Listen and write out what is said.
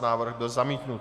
Návrh byl zamítnut.